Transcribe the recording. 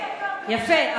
יפה.